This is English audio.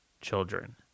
children